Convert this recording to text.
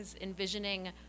envisioning